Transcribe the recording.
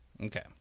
Okay